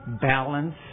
balance